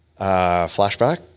flashback